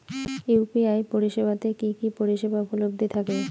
UPI পরিষেবা তে কি কি পরিষেবা উপলব্ধি থাকে?